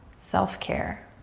self care,